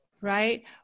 right